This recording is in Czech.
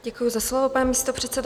Děkuji za slovo, pane místopředsedo.